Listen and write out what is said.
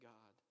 God